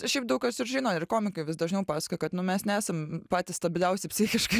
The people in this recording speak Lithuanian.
šiaip daug kas ir žino ir komikai vis dažniau pasakoja kad nu mes nesam patys stabiliausi psichiškai